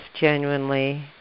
genuinely